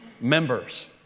members